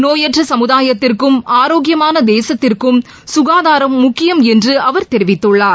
நோயற்ற சமுதாயத்திற்கும் ஆரோக்யமான தேசத்திற்கும் சுகாதாரம் முக்கியம் என்று அவர் தெரிவித்துள்ளார்